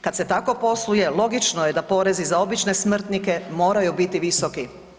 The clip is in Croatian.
Kad se tako posluje logično je da porezi za obične smrtnike moraju biti visoki.